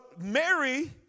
Mary